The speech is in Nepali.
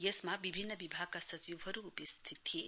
यसमा विभिन्न विभागका सचिवहरू उपस्थित थिए